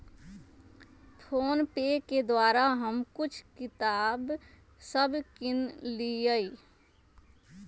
PhonePe के द्वारा हम कुछ किताप सभ किनलियइ